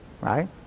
right